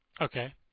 Okay